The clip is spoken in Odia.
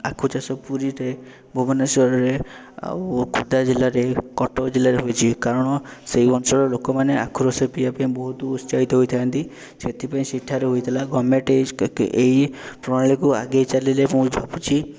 ଆଖୁଚାଷ ପୁରୀରେ ଭୁବନେଶ୍ୱରରେ ଆଉ ଖୋର୍ଦ୍ଧା ଜିଲ୍ଲାରେ କଟକ ଜିଲ୍ଲାରେ ହୋଉଛି କାରଣ ସେହି ଅଞ୍ଚଳ ଲୋକମାନେ ଆଖୁରସ ପିଇବା ପାଇଁ ବହୁତ ଉତ୍ସାହିତ ହୋଇଥାନ୍ତି ସେଥିପାଇଁ ସେଠାରେ ହୋଇଥିଲା ଗମେଣ୍ଟ ଏହି ପ୍ରଣାଳୀକୁ ଆଗେଇ ଚାଲିଲେ ପୁଣି ଫୁଟୁଛି